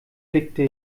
blickte